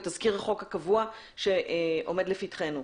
את תזכיר החוק הקבוע שעומד לפתחנו,